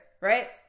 right